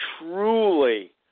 truly